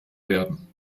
werden